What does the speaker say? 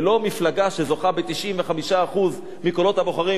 ולא מפלגה שזוכה ב-95% מקולות הבוחרים,